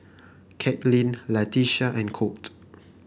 Katlin Latisha and Colt